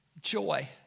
Joy